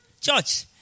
Church